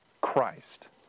Christ